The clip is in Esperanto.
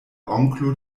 onklo